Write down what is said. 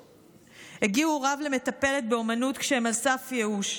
הגיעו הוריו למטפלת באומנות כשהם על סף ייאוש.